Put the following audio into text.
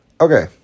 Okay